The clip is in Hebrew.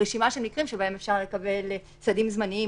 של רשימת מקרים שבהם אפשר לקבל סעדים זמניים